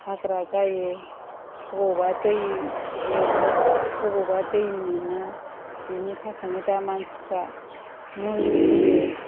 हाग्रा जायो अबावबा दै लोमो अबावबा दै मोना बिनि थाखायनो दा मानसिफ्रा मुलि होयो